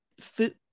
food